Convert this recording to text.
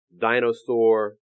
dinosaur